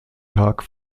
tag